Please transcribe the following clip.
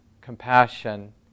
compassion